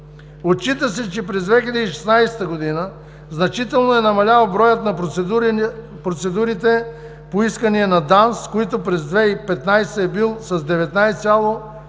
Отчита се, че през 2016 г. значително е намалял броят на процедурите по искания на ДАНС, който през 2015 г. е бил 19,16%,